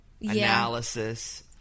analysis